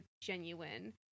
genuine